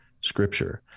Scripture